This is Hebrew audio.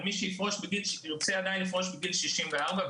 אבל מי שתרצה עדיין לפרוש בגיל 64,